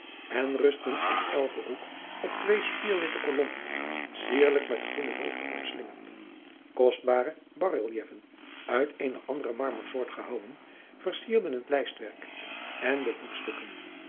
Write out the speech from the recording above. en rustten aan elken hoek op twee spierwitte kolommen cierlijk met groene hulst omslingerd kostbare basreleven uit eene andere marmersoort gehouwen vercierden het lijstwerk en de voetstukken